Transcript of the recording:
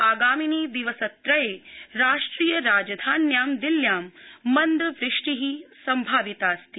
आगामिनि दिवसत्रये राष्ट्रिय राजधान्यां दिल्ल्यां मन्दवृष्टि संभाविताऽस्ति